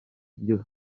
byo